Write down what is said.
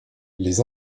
les